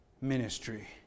ministry